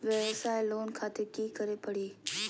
वयवसाय लोन खातिर की करे परी?